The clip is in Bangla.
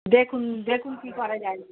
দেখুন দেখুন কী করা যায়